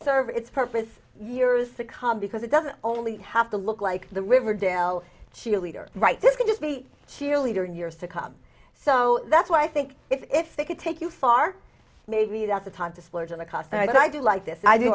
serve its purpose years to come because it doesn't only have to look like the riverdale she'll leader right this can just be cheerleader in years to come so that's why i think if they could take you far maybe that's the time to splurge on the cost but i do like th